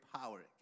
power